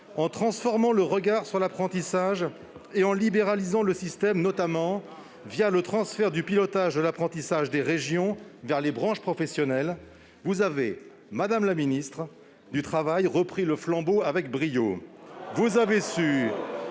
en transformant le regard sur l'apprentissage et en libéralisant le système, notamment le transfert du pilotage de l'apprentissage des régions vers les branches professionnelles, vous avez, madame la ministre du travail, repris le flambeau avec brio. Vous avez su,